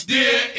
Dear